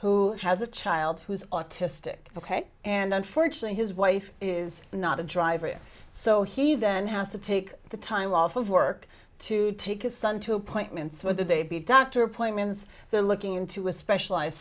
who has a child who is autistic ok and unfortunately his wife is not a driver it so he then has to take the time off of work to take his son to appointments for the baby doctor appointments they're looking into a speciali